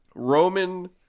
Roman